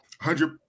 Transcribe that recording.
hundred